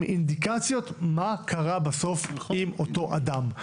אינדיקציות מה קרה בסוף עם אותו אדם.